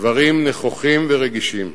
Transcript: דברים נכוחים ורגישים.